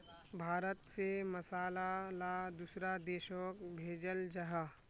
भारत से मसाला ला दुसरा देशोक भेजल जहा